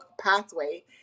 pathway